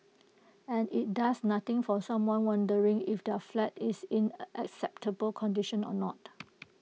and IT does nothing for someone wondering if their flat is in acceptable condition or not